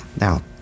now